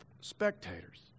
spectators